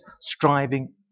striving